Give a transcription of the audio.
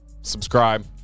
subscribe